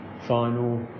final